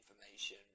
information